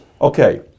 okay